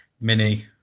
Mini